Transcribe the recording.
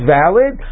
valid